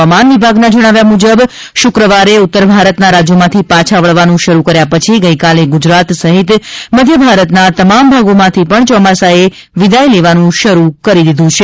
હવામાન વિભાગના જણાવ્યા મુજબ શુક્રવારે ઉત્તર ભારતના રાજ્યોમાંથી પાછા વળવાનું શરૃ કર્યા પછી ગઇકાલે ગુજરાત સહિત મધ્યભારતના તમામ ભાગોમાંથી પણ ચોમાસાએ વિદાય લેવાનું શરૂ કરી દીધું છે